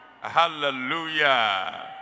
hallelujah